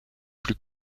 plus